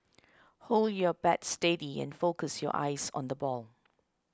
hold your bat steady and focus your eyes on the ball